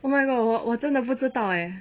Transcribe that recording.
oh my god 我我真的不知道 leh